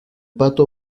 pato